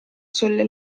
sulle